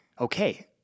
okay